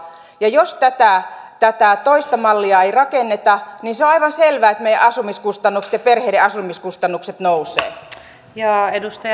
jos tätä toista mallia ei rakenneta niin on aivan selvää että meillä asumiskustannukset ja perheiden asumiskustannukset nousevat